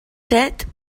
set